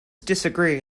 disagree